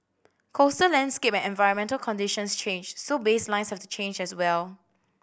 coastal landscape and environmental conditions change so baselines have to change as well